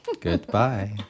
Goodbye